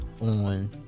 on